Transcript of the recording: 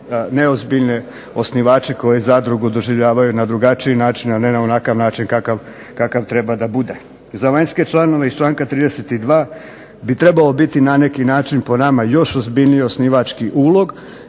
neozbiljne osnivače koji zadrugu doživljavaju na drugačiji način, a ne na onakav način kakav treba da bude. Za vanjske članove iz članka 32. bi trebalo biti na neki način po nama još ozbiljniji osnivački ulog